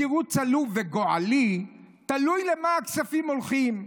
בתירוץ עלוב וגועלי: תלוי למה הכספים הולכים.